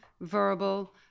verbal